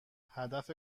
هدف